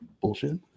Bullshit